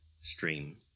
stream